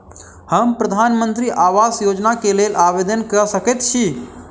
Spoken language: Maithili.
हम प्रधानमंत्री आवास योजना केँ लेल आवेदन कऽ सकैत छी?